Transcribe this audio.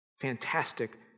Fantastic